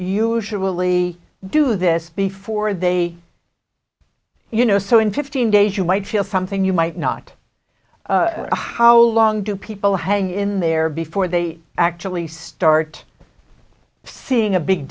usually do this before they you know so in fifteen days you might feel something you might not how long do people hang in there before they actually start seeing a big